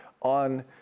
on